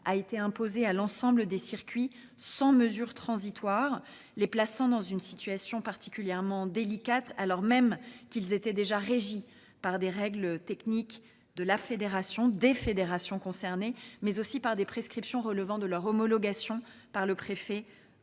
a été imposé à l'ensemble des circuits sans mesure transitoire les plaçant dans une situation particulièrement délicate alors même qu'ils étaient déjà régis par des règles techniques de la fédération des fédérations concernées mais aussi par des prescriptions relevant de leur homologation par le préfet